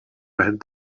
read